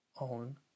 own